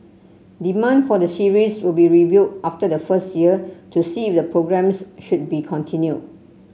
demand for the series will be reviewed after the first year to see if the programmes should be continued